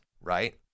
right